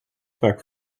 vaak